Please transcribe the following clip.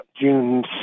June